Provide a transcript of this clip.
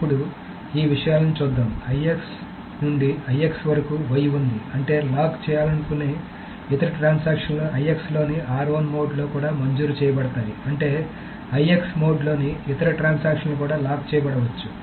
ఇప్పుడు ఈ విషయాలను చూద్దాం IS నుండి IX వరకు y ఉంది అంటేలాక్ చేయాలనుకునే ఇతర ట్రాన్సాక్షన్ లు IX లోని మోడ్లోకూడా మంజూరు చేయబడతాయి అంటే IX మోడ్ లోని ఇతర ట్రాన్సాక్షన్ లు కూడా లాక్ చేయబడవచ్చు